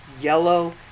yellow